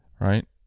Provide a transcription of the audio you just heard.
Right